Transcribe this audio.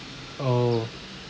oh